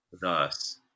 Thus